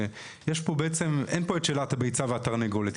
שאין פה בעצם את שאלת הביצה והתרנגולת.